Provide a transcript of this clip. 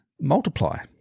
multiply